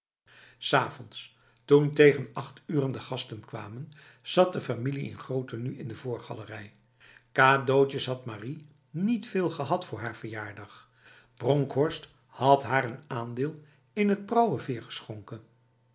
s avonds toen tegen acht uren de gasten kwamen zat de familie in groot tenue in de voorgalerij cadeautjes had marie niet veel gehad voor haar verjaardag bronkhorst had haar een aandeel in een prauwenveer geschonken